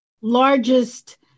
largest